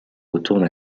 retourne